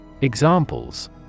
Examples